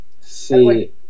See